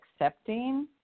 accepting